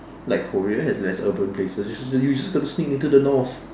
like Korea has less urban places you should just you just got to sneak into the North